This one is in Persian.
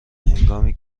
هنگامی